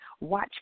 Watch